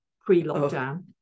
pre-lockdown